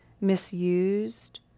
misused